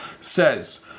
says